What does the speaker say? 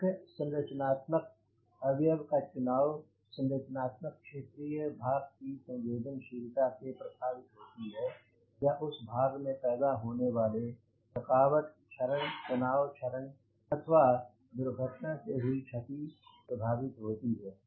मुख्य संरचनात्मक अवयव का चुनाव संरचनात्मक क्षेत्रीय भाग की संवेदनशीलता से प्रभावित होती है या उस भाग में पैदा होने वाले थकावट क्षरण तनाव क्षरण अथवा दुर्घटना से हुई क्षति प्रभावित होती है